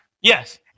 Yes